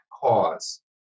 cause